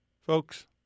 Folks